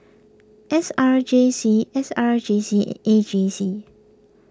S R J C S R J C and A J C